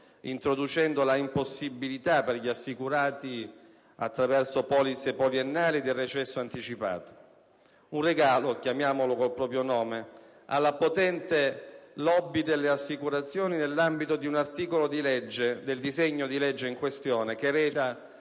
l'introduzione dell'impossibilità, per gli assicurati attraverso polizze poliennali, del recesso anticipato: un regalo - chiamiamolo con il proprio nome - alla potente *lobby* delle assicurazioni nell'ambito di un articolo del disegno di legge in questione, che recita